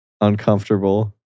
uncomfortable